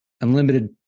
unlimited